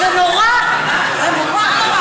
זה נורא, זה נורא.